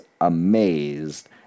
amazed